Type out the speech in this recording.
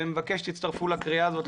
ומבקש שתצטרפו לקריאה הזאת,